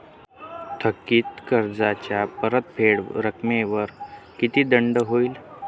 थकीत कर्जाच्या परतफेड रकमेवर किती दंड होईल?